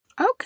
Okay